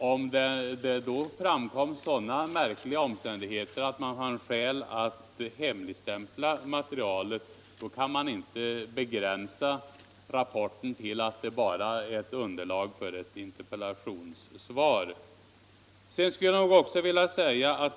Om det då framkom sådana märkliga omständigheter att man fann skäl att hemligstämpla materialet kan man inte göra den begränsningen att rapporten bara skulle vara underlag för ett interpellationssvar.